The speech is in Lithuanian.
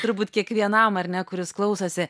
turbūt kiekvienam ar ne kuris klausosi